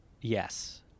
Yes